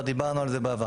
כבר דיברנו על זה בעבר,